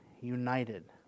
united